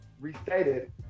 restated